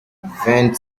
vingt